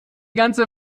ganze